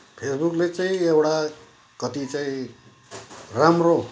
फेसबुकले चाहिँ एउटा कति चाहिँ राम्रो